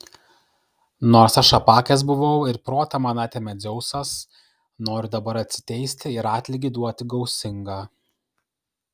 nors aš apakęs buvau ir protą man atėmė dzeusas noriu dabar atsiteisti ir atlygį duoti gausingą